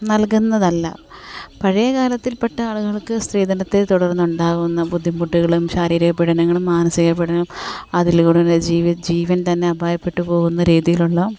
നൽകുന്നതല്ല പഴയ കാലത്തിൽ പെട്ട ആളുകൾക്ക് സ്ത്രീധനത്തിൽ തുടർന്നുണ്ടാവുന്ന ബുദ്ധിമുട്ടുകളും ശാരീരിക പീഡനങ്ങളും മാനസിക പീഡനങ്ങളും അതിൽ അവരുടെ ജീവൻ തന്നെ അപായപ്പെട്ടു പോവുന്ന രീതിയിലുള്ള